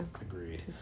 Agreed